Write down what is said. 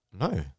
no